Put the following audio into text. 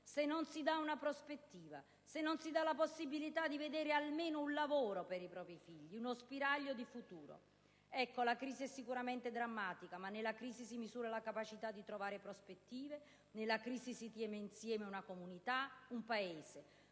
se non si dà una prospettiva, se non si dà la possibilità di vedere almeno un lavoro per i propri figli, uno spiraglio di futuro? La crisi è sicuramente drammatica, ma nella crisi si misura la capacità di trovare prospettive; nella crisi si tiene insieme una comunità e un Paese;